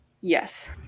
yes